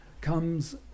comes